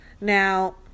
Now